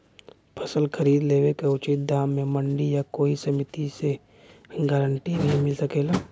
फसल खरीद लेवे क उचित दाम में मंडी या कोई समिति से गारंटी भी मिल सकेला?